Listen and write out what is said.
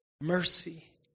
mercy